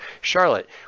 Charlotte